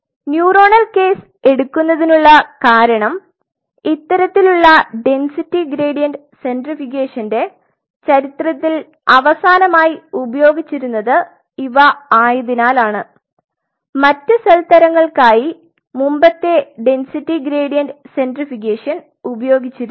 neuronal case എടുക്കുന്നതിനുള്ള കാരണം ഇത്തരത്തിലുള്ള ഡെന്സിറ്റി ഗ്രേഡിയന്റ് സെൻട്രിഫ്യൂഗഷന്റെ ചരിത്രത്തിൽ അവസാനമായി ഉപയോഗിച്ചിരുന്നത് ഇവ ആയതിനാലാണ് മറ്റ് സെൽ തരങ്ങൾക്കായി മുമ്പത്തെ ഡെന്സിറ്റി ഗ്രേഡിയന്റ് സെൻട്രിഫ്യൂഗഷൻ ഉപയോഗിച്ചിരുന്നു